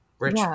Rich